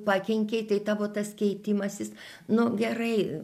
pakenkei tai tavo tas keitimasis nu gerai